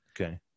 Okay